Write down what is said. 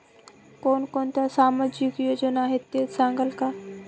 कोणकोणत्या सामाजिक योजना आहेत हे सांगाल का?